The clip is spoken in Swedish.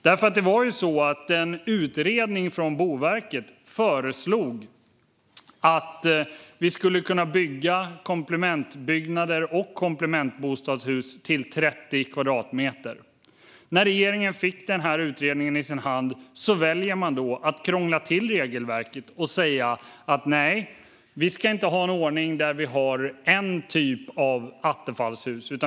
Det var ju så att en utredning från Boverket föreslog att vi skulle kunna bygga komplementbyggnader och komplementbostadshus upp till 30 kvadratmeter. När regeringen får denna utredning i sin hand väljer man att krångla till regelverket och säga: Nej, vi ska inte ha en ordning där vi har en typ av attefallshus.